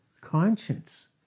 conscience